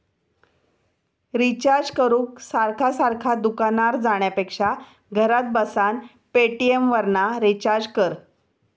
recharge करूक सारखा सारखा दुकानार जाण्यापेक्षा घरात बसान पेटीएमवरना रिचार्ज कर